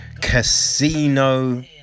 Casino